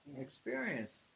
experience